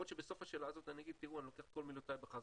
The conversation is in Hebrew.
יכול להיות שבסוף השאלה הזו אני אגיד שאני לוקח את כל מילותיי בחזרה,